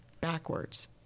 backwards